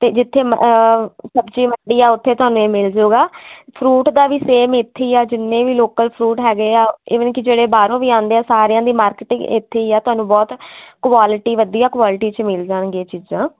ਅਤੇ ਜਿੱਥੇ ਸਬਜ਼ੀ ਮੰਡੀ ਆ ਉੱਥੇ ਤੁਹਾਨੂੰ ਇਹ ਮਿਲ ਜਾਊਗਾ ਫਰੂਟ ਦਾ ਵੀ ਸੇਮ ਇਥੇ ਹੀ ਆ ਜਿੰਨੇ ਵੀ ਲੋਕਲ ਫਰੂਟ ਹੈਗੇ ਆ ਇਵਨ ਕਿ ਜਿਹੜੇ ਬਾਹਰੋਂ ਵੀ ਆਉਂਦੇ ਆ ਸਾਰਿਆਂ ਦੀ ਮਾਰਕੀਟਿੰਗ ਇੱਥੇ ਹੀ ਆ ਤੁਹਾਨੂੰ ਬਹੁਤ ਕੁਆਲਿਟੀ ਵਧੀਆ ਕੁਆਲਿਟੀ 'ਚ ਮਿਲ ਜਾਣਗੀਆਂ ਚੀਜ਼ਾਂ